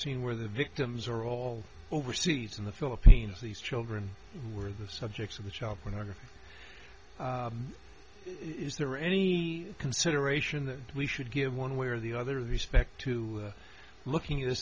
seen where the victims are all overseas in the philippines these children were the subjects of the child pornography is there any consideration that we should give one way or the other the respect to looking